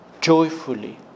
joyfully